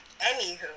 Anywho